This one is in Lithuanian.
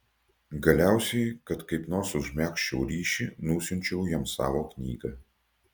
galiausiai kad kaip nors užmegzčiau ryšį nusiunčiau jam savo knygą